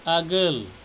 आगोल